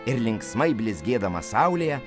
ir linksmai blizgėdamas saulėje